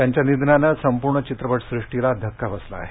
त्यांच्या निधनानं संपूर्ण चित्रपट सृष्टीला धक्का बसला आहे